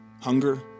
hunger